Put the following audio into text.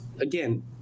Again